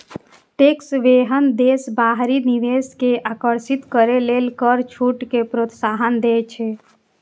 tax haven देश बाहरी निवेश कें आकर्षित करै लेल कर छूट कें प्रोत्साहन दै छै